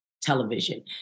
television